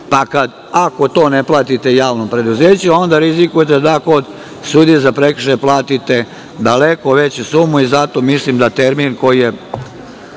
pa ako ne platite javnom preduzeću, onda rizikujete da kod sudije za prekršaje platite daleko veću sumu i zato mislim da termin koji je